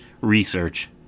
research